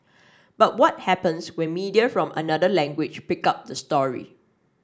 but what happens when media from another language pick up the story